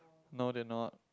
no they're not